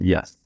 Yes